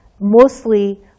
mostly